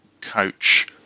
coach